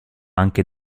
anche